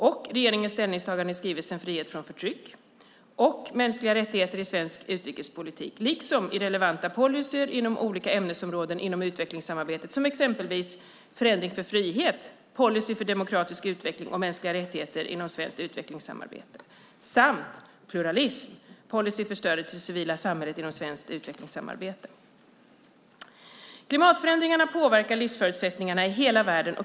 2007/08:89 Globala utmaningar - vårt ansvar ) och regeringens ställningstaganden i skrivelserna Frihet från förtryck och Mänskliga rättigheter i svensk utrikespolitik liksom i relevanta policyer inom olika ämnesområden inom utvecklingssamarbetet, som exempelvis Förändring för frihet - policy för demokratisk utveckling och mänskliga rättigheter inom svenskt utvecklingssamarbete samt Pluralism, Policy för stödet till det civila samhället inom svenskt utvecklingssamarbete . Klimatförändringarna påverkar livsförutsättningarna i hela världen.